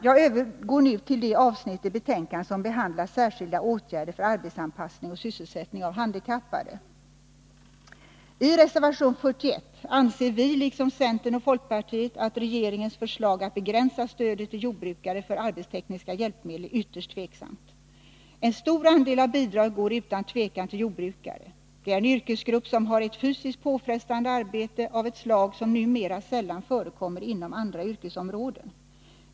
Jag övergår nu till det avsnitt i betänkandet som behandlar särskilda åtgärder för arbetsanpassning och sysselsättning av handikappade. I reservation 41 anser vi liksom centern och folkpartiet att regeringens förslag att begränsa stödet till jordbrukare för arbetstekniska hjälpmedel är ytterst tveksamt. En stor andel av bidraget går utan tvivel till jordbrukare. Det är en yrkesgrupp som har ett fysiskt påfrestande arbete, av ett slag som numera sällan förekommer inom andra yrkesområden.